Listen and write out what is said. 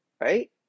right